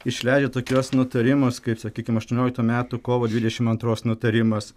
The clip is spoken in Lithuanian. išleidžia tokius nutarimus kaip sakykim aštuonioliktų metų kovo dvidešimt antros nutarimas